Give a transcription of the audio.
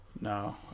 No